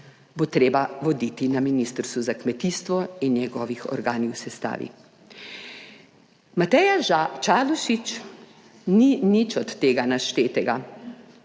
bo treba voditi na Ministrstvu za kmetijstvo in njegovih organih v sestavi. Mateja ža..., Čalušić ni nič od tega naštetega,